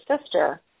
sister